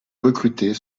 recrutés